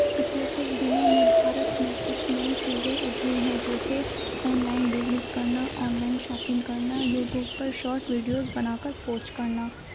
پچھلے کچھ دنوں میں بھارت میں کچھ نئی چیزیں ابھری ہیں جیسے آن لائن بزنس کرنا آن لائن شاپنگ کرنا یوٹیوب پر شارٹ ویڈیوز بنا کر پوسٹ کرنا